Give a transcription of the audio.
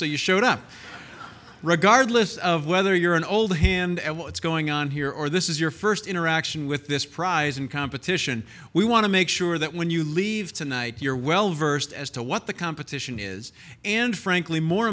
so you showed up regardless of whether you're an old hand at what's going on here or this is your first interaction with this prize in competition we want to make sure that when you leave tonight you're well versed as to what the competition is and frankly more